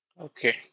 Okay